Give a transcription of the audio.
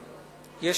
אדוני.